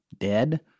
dead